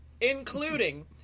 including